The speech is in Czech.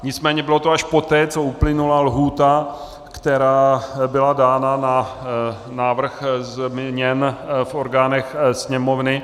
Nicméně bylo to až poté, co uplynula lhůta, která byla dána na návrh změn v orgánech Sněmovny.